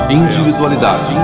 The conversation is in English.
individualidade